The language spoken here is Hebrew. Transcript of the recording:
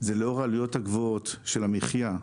הוא שלאור העלויות הגבוהות של המחיה,